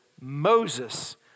Moses